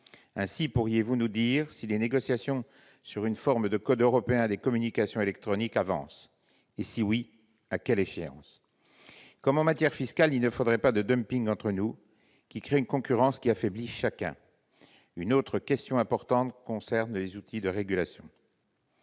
Ainsi, pourriez-vous nous dire si les négociations sur une forme de code européen des communications électroniques avancent ? Si oui, à quelle échéance ? Comme en matière fiscale, il ne faudrait pas de dumping entre nous, qui créerait une concurrence qui affaiblirait chacun. Une autre question importante concerne les outils de régulation.